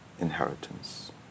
inheritance